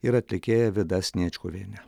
ir atlikėja vida sniečkuviene